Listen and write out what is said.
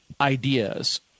ideas